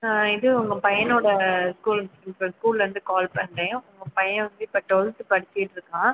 இது உங்கள் பையனோடய ஸ்கூல் ப்ரின்ஸ்பல் ஸ்கூல்லிருந்து கால் பண்ணுறேன் உங்கள் பையன் வந்து இப்போ டுவெல்த் படிச்சுக்கிட்ருக்கான்